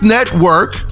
Network